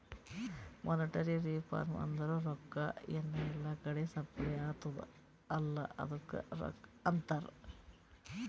monetary reform ಅಂದುರ್ ರೊಕ್ಕಾ ಎನ್ ಎಲ್ಲಾ ಕಡಿ ಸಪ್ಲೈ ಅತ್ತುದ್ ಅಲ್ಲಾ ಅದುಕ್ಕ ಅಂತಾರ್